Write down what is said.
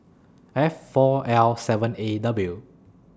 F four L seven A W